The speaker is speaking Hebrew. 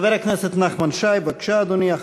חבר הכנסת נחמן שי, בבקשה, אדוני.